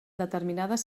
determinades